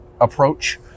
approach